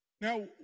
Now